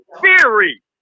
theory